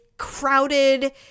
crowded